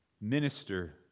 minister